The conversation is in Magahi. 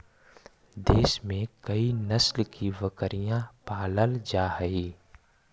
देश में कई नस्ल की बकरियाँ पालल जा हई